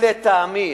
לטעמי,